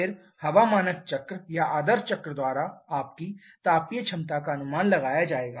फिर हवा मानक चक्र या आदर्श चक्र द्वारा आपकी तापीय क्षमता का अनुमान लगाया जाएगा